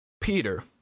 Peter